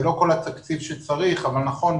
זה לא כל התקציב שצריך אבל נכון,